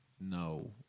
no